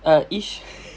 uh